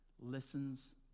listens